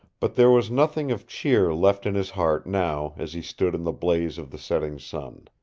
but there was nothing of cheer left in his heart now as he stood in the blaze of the setting sun.